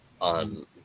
on